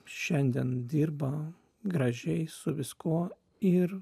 šiandien dirba gražiai su viskuo ir